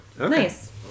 nice